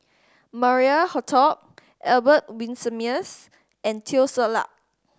Maria Hertogh Albert Winsemius and Teo Ser Luck